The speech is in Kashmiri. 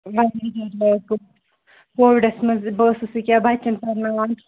واریاہ کینہہ لواس گوٚو کووِڑس منز بہٕ ٲٕسس ییٚکیاہ بَچن پرناوان